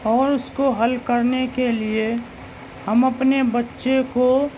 اور اس کو حل کرنے کے لیے ہم اپنے بچے کو